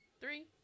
Three